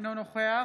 אינו נוכח